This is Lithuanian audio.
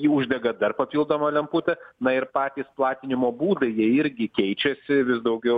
jį uždega dar papildoma lemputė na ir patys platinimo būdai jie irgi keičiasi vis daugiau